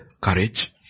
courage